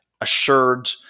assured